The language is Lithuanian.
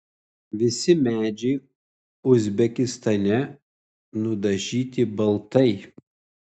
visi medžiai uzbekistane nudažyti baltai